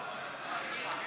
ההצבעה תמה,